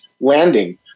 landing